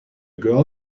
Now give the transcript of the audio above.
girl